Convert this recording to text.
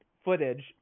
footage